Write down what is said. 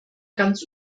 ganz